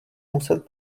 muset